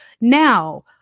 Now